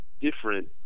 different